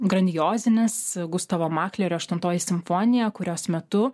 grandiozinis gustavo maklerio aštuntoji simfonija kurios metu